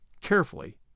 carefully